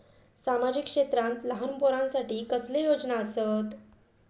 सामाजिक क्षेत्रांत लहान पोरानसाठी कसले योजना आसत?